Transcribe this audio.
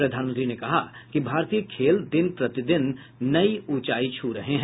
प्रधानमंत्री ने कहा कि भारतीय खेल दिन प्रतिदिन नई ऊंचाई छू रहे हैं